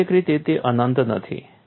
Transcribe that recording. સૈદ્ધાંતિક રીતે તે અનંત નથી